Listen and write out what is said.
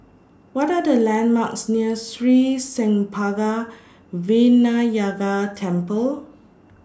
What Are The landmarks near Sri Senpaga Vinayagar Temple